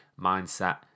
mindset